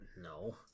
No